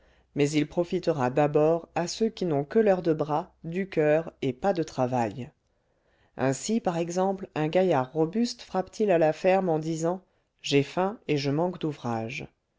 mais il profitera d'abord à ceux qui n'ont que leurs deux bras du coeur et pas de travail ainsi par exemple un gaillard robuste frappe t il à la ferme en disant j'ai faim et je manque d'ouvrage